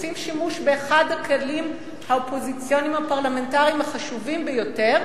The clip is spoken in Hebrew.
עושים שימוש באחד הכלים האופוזיציוניים הפרלמנטריים החשובים ביותר,